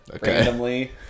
randomly